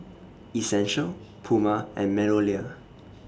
Essential Puma and Meadowlea